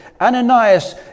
Ananias